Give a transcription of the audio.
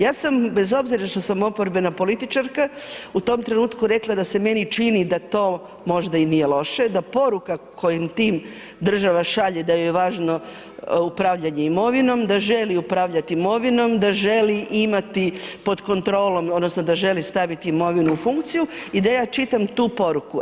Ja sam bez obzira što sam oporbena političarka u tom trenutku rekla da se meni čini da to možda i nije loše, da poruka koju time država šalje da joj je važno upravljanje imovinom, da želi upravljati imovinom, da želi imati pod kontrolom, odnosno da želi staviti imovinu u funkciju i da ja čitam tu poruku.